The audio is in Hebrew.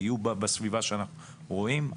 יהיו בסביבה שאנחנו רואים,